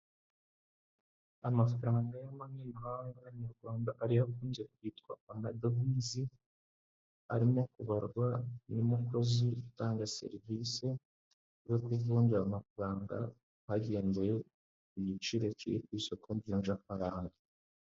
Ya amafaranga y'amayamahanga nyayarwanda ariyo akunze kwitwa amadovizi, arimo kubarwa n'umukozi utanga serivisi zo ku kuvunja amafaranga hagendewe ku giciro kiri ku isoko ry'amafaranga.